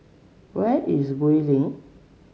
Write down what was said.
where is Gul Link